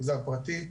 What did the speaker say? מגזר פרטי,